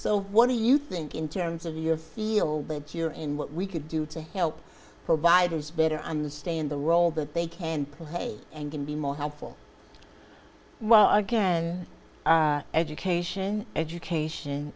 so what do you think in terms of your feel that you're and what we could do to help providers better understand the role that they can play and can be more helpful well again education education